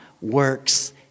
works